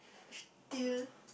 uh still